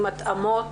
עם התאמות,